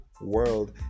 world